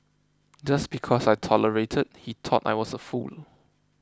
just because I tolerated he thought I was a fool